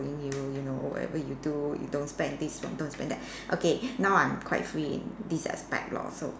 you you know whatever you do you don't spend this or don't spend that okay now I'm quite free in this aspect lor so